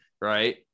Right